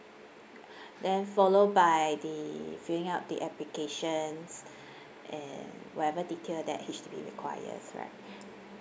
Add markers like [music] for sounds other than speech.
[breath] then follow by the filling up the application [breath] and whatever detail that H_D_B requires right [breath]